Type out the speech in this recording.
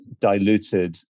diluted